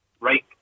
Right